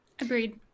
Agreed